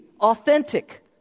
authentic